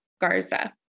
Garza